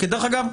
כי דרך אגב,